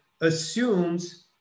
assumes